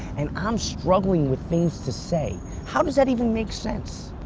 and i'm struggling with things to say how does that even make sense?